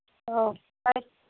ꯑꯧ ꯇꯥꯏ